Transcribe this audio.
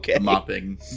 mopping